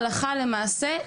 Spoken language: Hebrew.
הלכה למעשה,